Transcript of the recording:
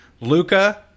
Luca